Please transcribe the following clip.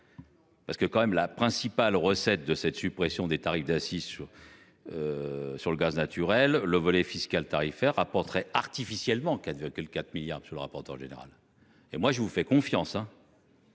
Parce que quand même la principale recette de cette suppression des tarifs d'assises sur le gaz naturel, le volet fiscal tarifaire rapporterait artificiellement 4,4 milliards, monsieur le rapporteur général. Et moi je vous fais confiance,